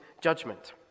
judgment